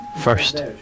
First